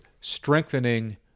strengthening—